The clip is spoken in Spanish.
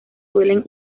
suelen